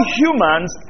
humans